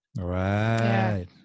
Right